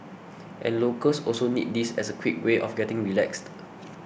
and locals also need this as a quick way of getting relaxed